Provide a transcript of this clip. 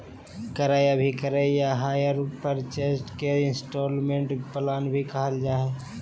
क्रय अभिक्रय या हायर परचेज के इन्स्टालमेन्ट प्लान भी कहल जा हय